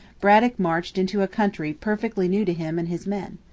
braddock marched into a country perfectly new to him and his men.